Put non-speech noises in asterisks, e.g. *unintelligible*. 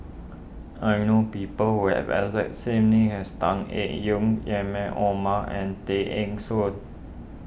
I know people who have exact same name as Tan Eng Yoon *unintelligible* Omar and Tay Eng Soon